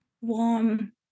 warm